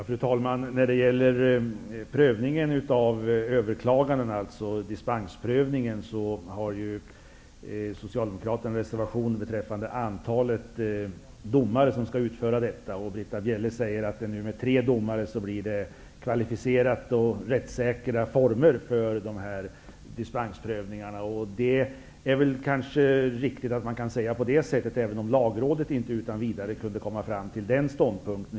Fru talman! När det gäller frågan om dispensprövningen har Socialdemokraterna avgett en reservation beträffande antalet domare som skall utföra prövningen. Britta Bjelle säger att dispensprövningar med tre domare innebär att prövningen sker under kvalificerade och rättssäkra former. Det är kanske riktigt, även om inte Lagrådet utan vidare kom fram till den ståndpunkten.